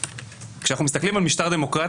כשאנחנו מסתכלים על משטר דמוקרטי,